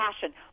passion